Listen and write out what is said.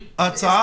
הממשלה?